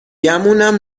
گمونم